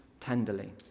tenderly